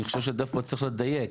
אני חושב שצריך לדייק.